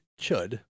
Chud